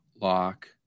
lock